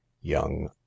young